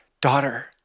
Daughter